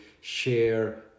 share